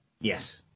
Yes